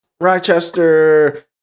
Rochester